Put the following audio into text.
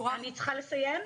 בבקשה.